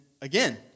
again